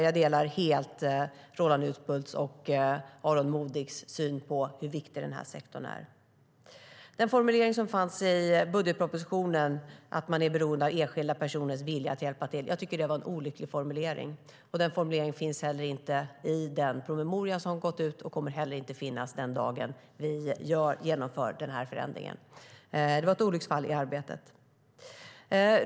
Jag delar helt Roland Utbults och Aron Modigs syn på hur viktig den här sektorn är. Den formulering som fanns i budgetpropositionen om att man är beroende av enskilda personers vilja att hjälpa till tycker jag var olycklig. Den formuleringen finns inte i den promemoria som har gått ut och kommer heller inte att finnas den dag vi genomför den här förändringen. Det var ett olycksfall i arbetet.